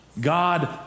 God